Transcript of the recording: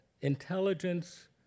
intelligence